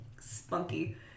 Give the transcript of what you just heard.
spunky